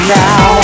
now